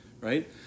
right